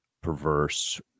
perverse